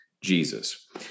Jesus